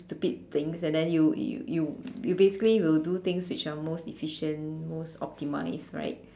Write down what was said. stupid things and then you you you basically will do things which are most efficient most optimize right